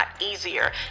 easier